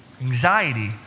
anxiety